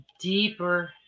deeper